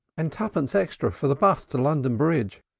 and twopence extra for the bus to london bridge.